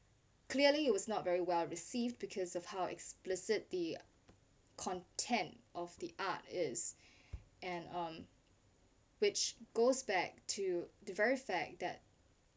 clearly it was not very well received because of how explicit the content of the art is and um which goes back to the very fact that